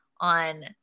on